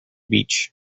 beach